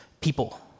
people